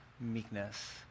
meekness